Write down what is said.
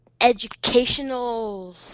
educational